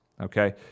okay